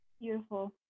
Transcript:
Beautiful